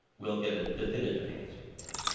we'll get a definitive answer.